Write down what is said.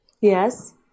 yes